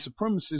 supremacists